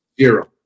Zero